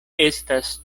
estas